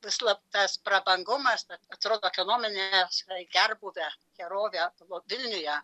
slaptas prabangumas atrodo ekonominio gerbūvio gerovė vilniuje